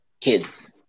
kids